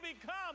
become